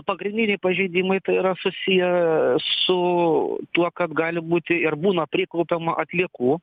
pagrindiniai pažeidimai tai yra susiję su tuo kad gali būti ir būna priklaupiama atliekų